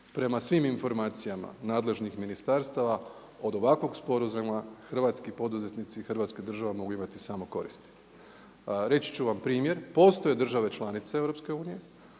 Prema svim informacijama nadležnih ministarstava od ovakvog sporazuma hrvatskih poduzetnici i hrvatska država mogu imati samo koristi. Reći ću vam primjer postoje države članice EU